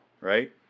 right